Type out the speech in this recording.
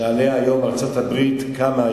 שעליה היום ארצות-הברית קמה,